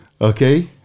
Okay